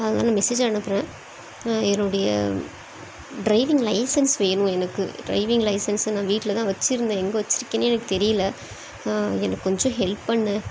அதனால் மெசேஜை அனுப்புகிறேன் என்னுடைய ட்ரைவிங் லைசன்ஸ் வேணும் எனக்கு ட்ரைவிங் லைசன்ஸ்ஸு நான் வீட்டிலதான் வச்சிருந்தேன் எங்கே வச்சிருக்கேன்னே எனக்கு தெரியல எனக்கு கொஞ்சம் ஹெல்ப் பண்ணு